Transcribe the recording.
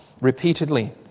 repeatedly